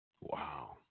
Wow